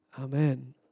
Amen